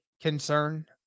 concern